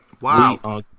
Wow